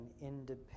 independent